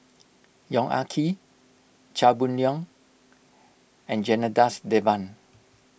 Yong Ah Kee Chia Boon Leong and Janadas Devan